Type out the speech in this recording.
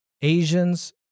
Asians